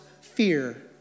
fear